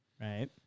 Right